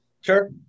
Sure